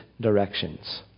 directions